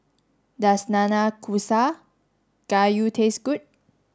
does Nanakusa Gayu taste good